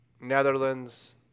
Netherlands